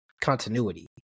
continuity